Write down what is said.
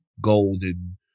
golden